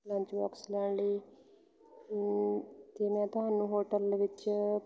lunch box ਲੈਣ ਲਈ ਅਤੇ ਮੈਂ ਤੁਹਾਨੂੰ ਹੋਟਲ ਵਿੱਚ